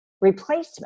replacement